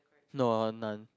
no none